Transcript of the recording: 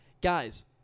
Guys